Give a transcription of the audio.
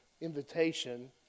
invitation